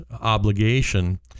obligation